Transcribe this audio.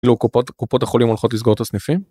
לא קופות קופות החולים הולכות לסגור את הסניפים.